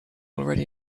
already